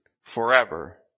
forever